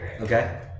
Okay